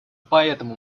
поэтому